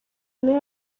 nayo